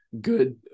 good